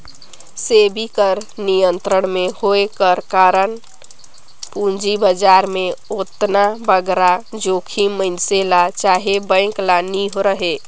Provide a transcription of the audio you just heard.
सेबी कर नियंत्रन में होए कर कारन पूंजी बजार में ओतना बगरा जोखिम मइनसे ल चहे बेंक ल नी रहें